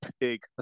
big